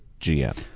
GM